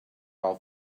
all